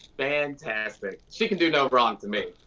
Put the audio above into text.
fantastic. she can do no wrong to me.